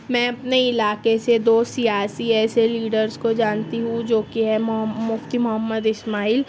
میں اپنے علاقے سے دو سیاسی ایسے لیڈرس کو جانتی ہوں جو کہ ہے موحم مفتی محمد اسماعیل